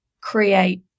create